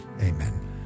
amen